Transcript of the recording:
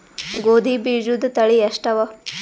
ಗೋಧಿ ಬೀಜುದ ತಳಿ ಎಷ್ಟವ?